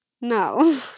no